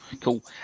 cool